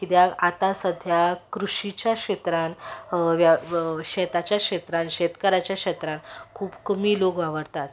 किद्याक आतां सद्द्यां कृशीच्या क्षेत्रान शेताच्या क्षेत्रान शेतकाराच्या क्षेत्रान खूब कमी लोक वावरता